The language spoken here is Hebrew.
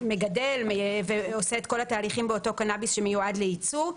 שמגדל ועושה את כל התהליכים באותו קנאביס שמיועד לייצוא.